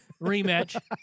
rematch